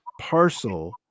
parcel